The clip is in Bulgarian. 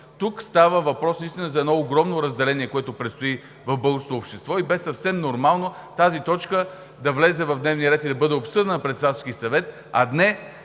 Тук става въпрос наистина за огромно разделение, което предстои в българското общество. Съвсем нормално беше тази точка да влезе в дневния ред и да бъде обсъдена на Председателски съвет, а не